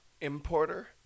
Importer